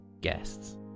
guests